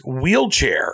wheelchair